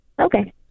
Okay